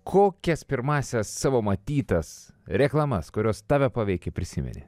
kokias pirmąsias savo matytas reklamas kurios tave paveikė prisimeni